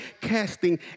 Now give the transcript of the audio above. casting